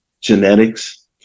genetics